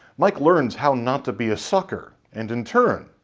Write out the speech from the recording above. mike learns how not to be a sucker, and in turn,